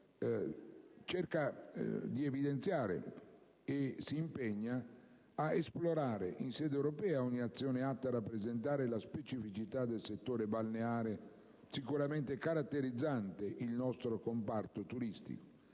del turismo, si impegna ad esplorare in sede europea ogni azione atta a rappresentare la specificità del settore balneare, sicuramente caratterizzante il nostro comparto turistico,